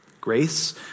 Grace